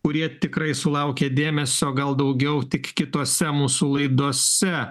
kurie tikrai sulaukė dėmesio gal daugiau tik kitose mūsų laidose